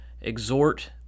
exhort